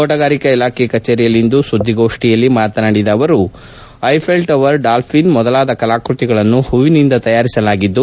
ತೋಟಗಾರಿಕಾ ಇಲಾಖೆ ಕಚೇರಿಯಲ್ಲಿಂದು ಸುದ್ಲಿಗೋಷ್ಷಿಯಲ್ಲಿ ಮಾತನಾಡಿದ ಅವರು ಐಫೆಲ್ ಟವರ್ ಡಾಲ್ಲಿನ್ ಮೊದಲಾದ ಕಲಾಕೃತಿಗಳನ್ನು ಹೂವಿನಿಂದ ತಯಾರಿಸಲಾಗಿದ್ದು